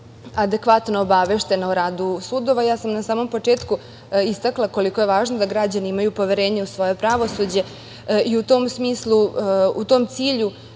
adekvatno obaveštena o radu sudova. Na samom početku sam istakla koliko je važno da građani imaju poverenje u svoje pravosuđe. U tom smislu,